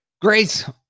Grace